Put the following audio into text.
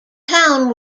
town